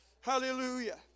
hallelujah